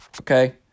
okay